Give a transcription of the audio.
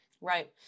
Right